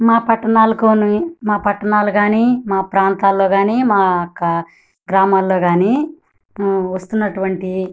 మా పట్టణాలు కానీ మా పట్టణాలు కానీ మా ప్రాంతాల్లో కానీ మాయొక్క గ్రామాల్లో కానీ వస్తున్నటువంటి